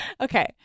Okay